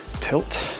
tilt